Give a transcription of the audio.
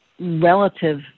relative